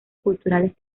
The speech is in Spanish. culturales